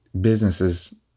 businesses